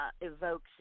evokes